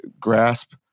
grasp